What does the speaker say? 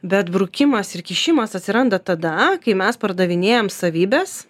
bet brukimas ir kišimas atsiranda tada kai mes pardavinėjam savybes